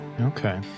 Okay